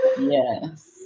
Yes